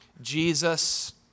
Jesus